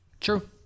True